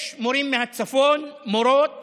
יש מורים מהצפון, מורות